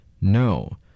No